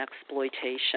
exploitation